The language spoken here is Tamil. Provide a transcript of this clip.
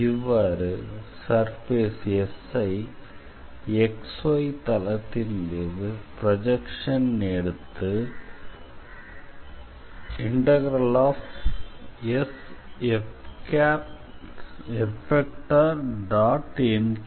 இவ்வாறு சர்ஃபேஸ் S ஐ XY தளத்தின் மீது ப்ரொஜெக்ஷன் எடுத்து ∫SF